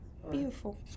Beautiful